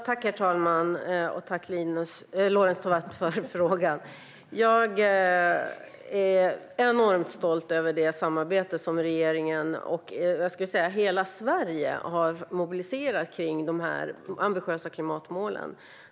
Herr talman! Tack, Lorentz, för frågan! Jag är enormt stolt över det samarbete som regeringen och hela Sverige har mobiliserat kring de ambitiösa klimatmålen.